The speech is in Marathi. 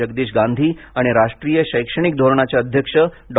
जगदीश गांधी आणि राष्ट्रीय शैक्षणिक धोरणाचे अध्यक्ष डॉ